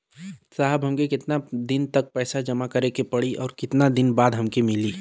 साहब हमके कितना दिन तक पैसा जमा करे के पड़ी और कितना दिन बाद हमके मिली?